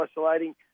isolating